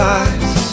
eyes